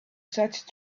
such